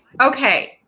Okay